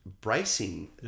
bracing